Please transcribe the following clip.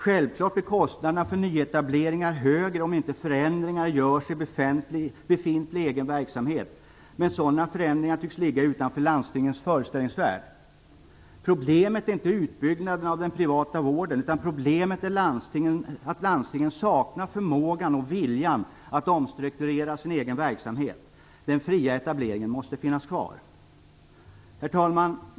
Självklart blir kostnaderna för nyetableringar högre om inte förändringar görs i befintlig egen verksamhet. Men sådana förändringar tycks ligga utanför landstingens föreställningsvärld. Problemet är inte utbyggnaden av den privata vården, utan problemet är att landstingen saknar förmågan och viljan att omstrukturera sin egen verksamhet! Den fria etableringen måste finnas kvar. Herr talman!